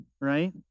Right